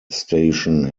station